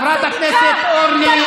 (חבר הכנסת שלמה קרעי יוצא מאולם המליאה.) איך את,